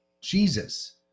Jesus